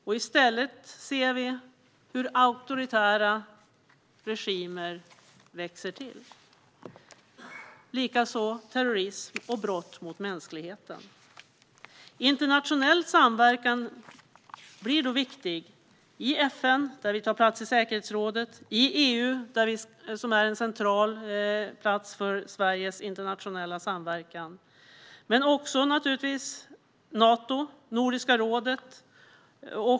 I stället ser vi hur auktoritära regimer växer till, likaså terrorism och brott mot mänskligheten. Internationell samverkan blir då viktig i FN, där vi tar plats i säkerhetsrådet, och i EU, som är en central plats för Sveriges internationella samverkan. Vi har naturligtvis också Nato och Nordiska rådet.